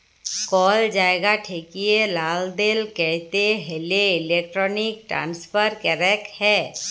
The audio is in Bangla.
কল জায়গা ঠেকিয়ে লালদেল ক্যরতে হ্যলে ইলেক্ট্রনিক ট্রান্সফার ক্যরাক হ্যয়